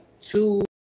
two